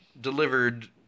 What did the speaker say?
delivered